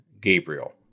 Gabriel